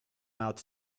out